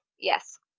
Yes